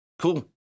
Cool